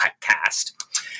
cast